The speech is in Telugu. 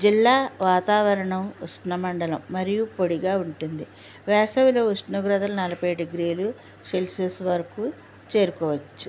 జిల్లా వాతావరణం ఉష్ణ మండలం మరియు పొడిగా ఉంటుంది వేసవిలో ఉష్ణోగ్రత నలభై డిగ్రీలు సెల్సియస్ వరకు చేరుకోవచ్చు